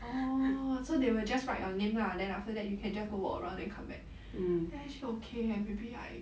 orh so they will just write your name lah then after that you can just go around then come back then actually okay eh maybe I